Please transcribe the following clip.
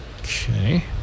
Okay